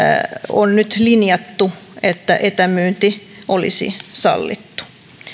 on nyt linjattu että etämyynti olisi sallittu